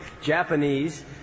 Japanese